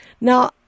Now